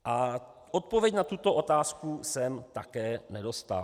A odpověď na tuto otázku jsem také nedostal.